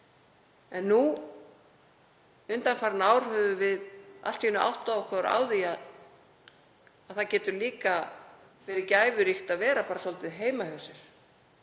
en undanfarin ár höfum við allt í einu áttað okkur á því að það getur líka verið gæfuríkt að vera bara svolítið heima hjá sér